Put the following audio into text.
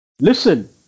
Listen